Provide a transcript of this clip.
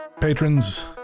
patrons